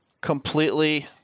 completely